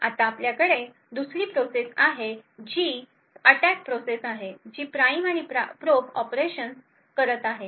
आता आपल्याकडे दुसरी प्रोसेसआहे जी अटॅक प्रोसेस आहे जी प्राइम आणि प्रोब ऑपरेशन्स करत आहे